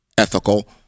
ethical